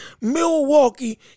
Milwaukee